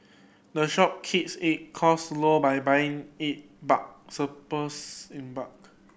the shop keeps it cost low by buying it supports in bulk